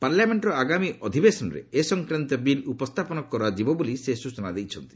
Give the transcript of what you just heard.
ପାର୍ଲାମେଣ୍ଟ୍ର ଆଗାମୀ ଅଧିବେଶନରେ ଏ ସଂକ୍ରାନ୍ତୀୟ ବିଲ୍ ଉପସ୍ଥାପନ କରାଯିବ ବୋଲି ସେ ସ୍ଚଚନା ଦେଇଛନ୍ତି